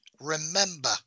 Remember